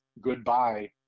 goodbye